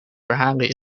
verhalen